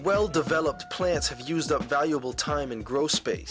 well developed plans have used up valuable time in gross space